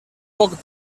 poc